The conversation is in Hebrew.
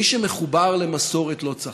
מי שמחובר למסורת לא צחק,